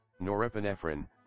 Norepinephrine